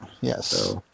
Yes